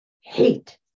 hate